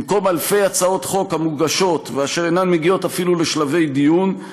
במקום אלפי הצעות חוק המוגשות ואינן מגיעות אפילו לשלבי דיון,